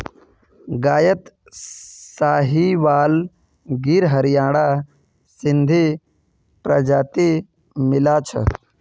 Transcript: गायत साहीवाल गिर हरियाणा सिंधी प्रजाति मिला छ